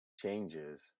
changes